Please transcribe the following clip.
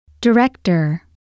Director